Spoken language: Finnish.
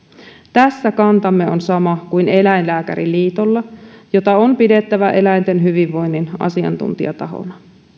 tässä kantamme on sama kuin eläinlääkäriliitolla jota on pidettävä eläinten hyvinvoinnin asiantuntijatahona